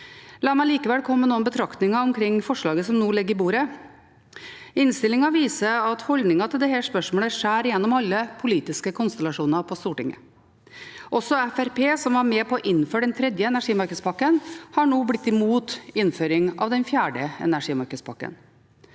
La meg likevel komme med noen betraktninger omkring forslaget som nå ligger på bordet. Innstillingen viser at holdningen til dette spørsmålet skjærer gjennom alle politiske konstellasjoner på Stortinget. Også Fremskrittspartiet, som var med på å innføre den tredje energimarkedspakken, har nå blitt imot innføring av den fjerde energimarkedspakken.